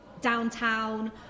downtown